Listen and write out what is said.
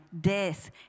death